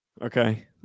Okay